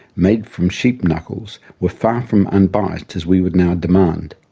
made from sheep knuckles, were far from unbiased, as we would now demand.